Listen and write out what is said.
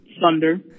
thunder